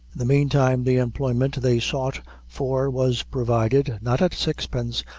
the meantime, the employment they sought for was provided, not at sixpence,